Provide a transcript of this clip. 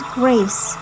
grace